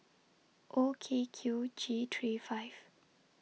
O K Q G three five